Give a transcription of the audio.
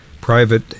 Private